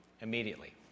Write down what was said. immediately